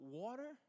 water